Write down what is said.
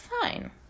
fine